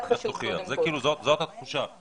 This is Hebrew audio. זאת התחושה.